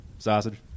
Sausage